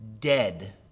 dead